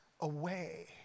away